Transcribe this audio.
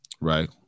right